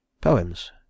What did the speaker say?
Poems